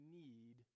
need